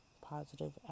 Positive